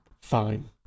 Fine